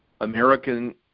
American